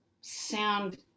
sound